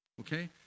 okay